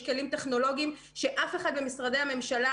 יש כלים טכנולוגיים שאף אחד במשרדי הממשלה,